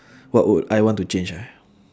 what would I want to change ah